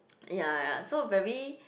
ya so very